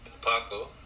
Paco